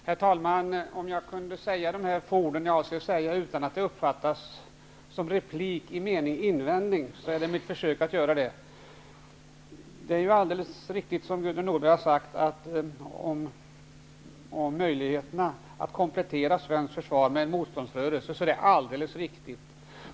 Herr talman! Om jag kan säga de här få orden jag avser att säga utan att det uppfattas som en replik i meningen invändning, skall jag försöka göra det. Det som Gudrun Norberg har sagt om möjligheterna att komplettera svenskt försvar med en motståndsrörelse är alldeles riktigt.